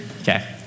Okay